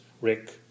Rick